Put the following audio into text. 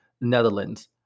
Netherlands